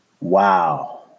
Wow